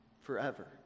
forever